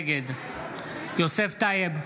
נגד יוסף טייב,